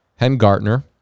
Hengartner